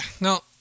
No